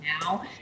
now